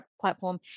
platform